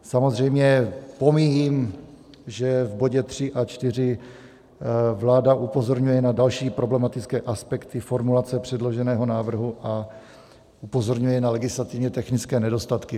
Samozřejmě pomíjím, že v bodě 3 a 4 vláda upozorňuje na další problematické aspekty formulace předloženého návrhu a upozorňuje na legislativně technické nedostatky.